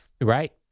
Right